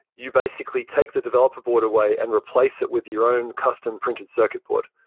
you basically take the developer board away and replace it with your own custom printed circuit board.